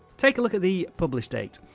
take a look at the publish date.